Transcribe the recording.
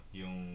yung